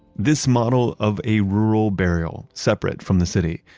this model of a rural burial, separate from the city,